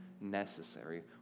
necessary